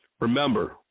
remember